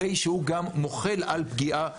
הרי שהוא גם מוחל על פגיעה בגופו.